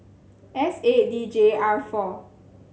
S eight D J R four